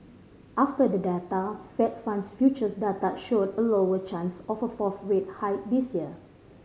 after the data Fed funds futures data showed a lower chance of a fourth rate hike this year